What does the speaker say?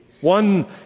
one